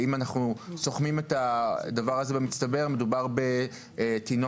שאם אנחנו סומכים את הדבר הזה במצטבר מדובר בטינופת